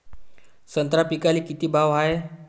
संत्रा पिकाले किती भाव हाये?